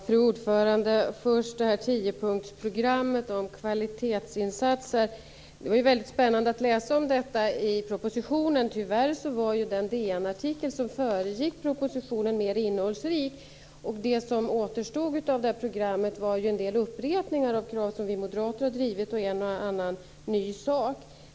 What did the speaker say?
Fru talman! Först gäller det tiopunktsprogrammet om kvalitetsinsatser. Det var väldigt spännande att läsa om detta i propositionen. Tyvärr var den DN artikel som föregick propositionen mera innehållsrik. Det som återstod av programmet var en del upprepningar av krav som vi moderater har drivit men också en och annan ny sak.